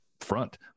Front